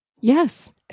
Yes